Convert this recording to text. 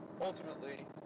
ultimately